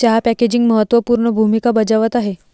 चहा पॅकेजिंग महत्त्व पूर्ण भूमिका बजावत आहे